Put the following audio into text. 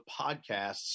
podcasts